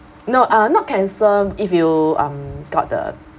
no uh not cancer if you um got the